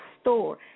store